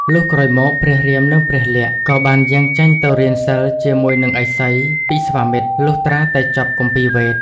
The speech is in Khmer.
លុះក្រោយមកព្រះរាមនិងព្រះលក្សណ៍ក៏បានយាងចេញទៅរៀនសិល្ប៍ជាមួយនឹងឥសី ពិស្វាមិត្រ លុះត្រាតែចប់គម្ពីរវេទ។